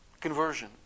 conversion